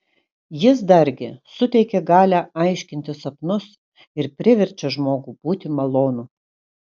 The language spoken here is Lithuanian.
jis dargi suteikia galią aiškinti sapnus ir priverčia žmogų būti malonų